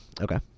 Okay